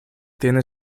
tiene